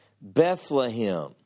Bethlehem